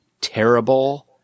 terrible